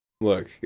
look